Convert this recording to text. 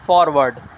forward